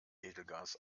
edelgas